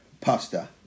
Pasta